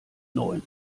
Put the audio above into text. neun